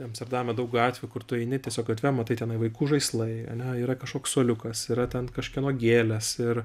amsterdame daug gatvių kur tu eini tiesiog gatve matai tenai vaikų žaislai ane yra kažkoks suoliukas yra ten kažkieno gėlės ir